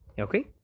okay